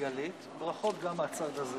חברות וחברי הכנסת והממשלה,